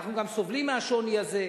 אנחנו גם סובלים מהשוני הזה.